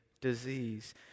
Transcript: disease